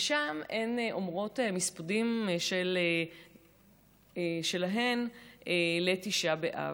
שם הן אומרות מספדים שלהן לתשעה באב.